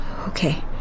Okay